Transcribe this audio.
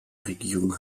regierung